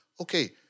Okay